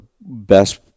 best